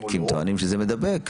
כי הם טוענים שזה מדבק.